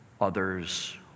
others